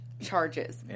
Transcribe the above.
charges